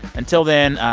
until then,